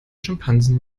schimpansen